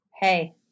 Hey